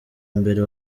mbere